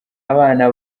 abana